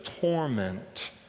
torment